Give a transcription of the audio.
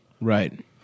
Right